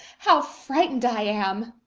how frightened i am.